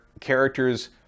characters